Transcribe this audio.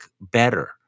better